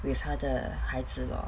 with 他的孩子 lor